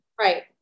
right